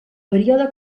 període